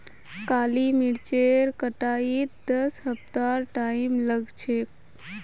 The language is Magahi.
काली मरीचेर कटाईत दस हफ्तार टाइम लाग छेक